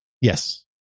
Yes